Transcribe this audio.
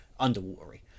Underwatery